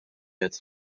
qed